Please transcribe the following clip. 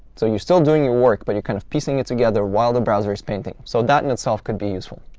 so you're still doing your work, but you're kind of piecing it together while the browser is painting. so that in itself could be useful.